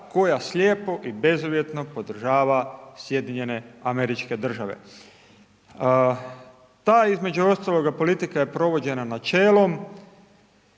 koja slijepo i bezuvjetno podržava Sjedinjene američke države. Ta, između ostaloga politika je provođena načelom